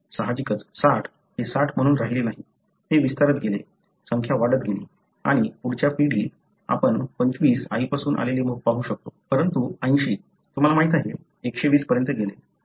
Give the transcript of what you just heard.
साहजिकच 60 हे 60 म्हणून राहिले नाही ते विस्तारत गेले संख्या वाढत गेली आणि पुढच्या पिढीत आपण 25 आईपासून आलेले पाहू शकतो परंतु 80 तुम्हाला माहिती आहे 120 पर्यंत गेले